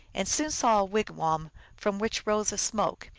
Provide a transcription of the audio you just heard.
and soon saw a wigwam from which rose a smoke,